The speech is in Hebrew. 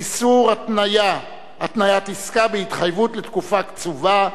איסור התניית עסקה בהתחייבות לתקופה קצובה).